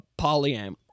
polyam